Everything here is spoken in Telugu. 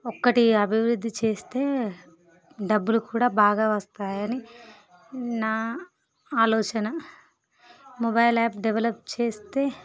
ఒకటి అభివృద్ధి చేస్తే డబ్బులు కూడా బాగా వస్తాయని నా ఆలోచన మొబైల్ యాప్ డెవలప్ చేస్తే